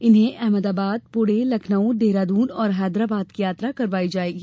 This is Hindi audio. इन्हें अहमदाबाद पुणे लखनऊ देहरादून और हैदराबाद की यात्रा करवाई जायेगी